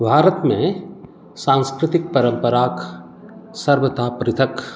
भारतमे सांस्कृतिक परम्पराक सर्वथा पृथक